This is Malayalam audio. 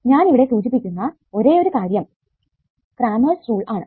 ഞാൻ ഇവിടെ സൂചിപ്പിക്കുന്ന ഒരേയൊരു കാര്യം ക്രാമേർസ് റൂൾ ആണ്